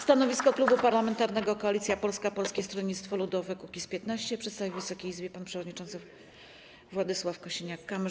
Stanowisko Klubu Parlamentarnego Koalicja Polska - Polskie Stronnictwo Ludowe - Kukiz15 przedstawi Wysokiej Izbie pan przewodniczący Władysław Kosiniak-Kamysz.